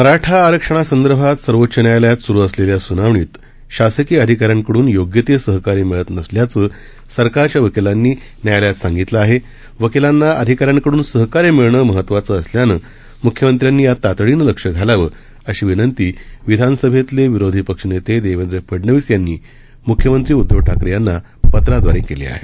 मराठा आरक्षणासंदर्भात सर्वोच्च न्यायालयात सुरू असलेल्या सुनावणीत शासकीय अधिकाऱ्यांकडून योग्य ते सहकार्य मिळत नसल्याचं सरकारच्या वकिलांनी न्यायालयात सांगितलं आहे वकीलांना अधिकाऱ्यांकडून सहकार्य मिळणं महत्वाचं असल्यानं मुख्यमंत्र्यानी यात तातडीनं लक्ष घालावं अशी विनंती विधानसभेतले विरोधी पक्षनेते देवेंद्र फडनवीस यांनी म्ख्यमंत्री उदधव ठाकरे यांना पत्रादवारे केली आहे